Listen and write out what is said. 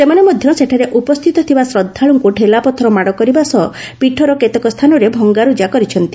ସେମାନେ ମଧ୍ୟ ସେଠାରେ ଉପସ୍ଥିତ ଥିବା ଶ୍ରଦ୍ଧାଳୁଙ୍କୁ ଡେଲା ପଥର ମାଡ଼ କରିବା ସହ ପୀଠର କେତେକ ସ୍ଥାନରେ ଭଙ୍ଗାର୍ରଜା କରିଛନ୍ତି